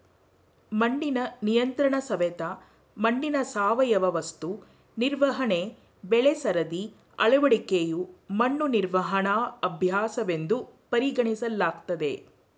ಮಣ್ಣಿನ ನಿಯಂತ್ರಣಸವೆತ ಮಣ್ಣಿನ ಸಾವಯವ ವಸ್ತು ನಿರ್ವಹಣೆ ಬೆಳೆಸರದಿ ಅಳವಡಿಕೆಯು ಮಣ್ಣು ನಿರ್ವಹಣಾ ಅಭ್ಯಾಸವೆಂದು ಪರಿಗಣಿಸಲಾಗ್ತದೆ